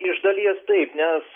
iš dalies taip nes